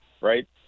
right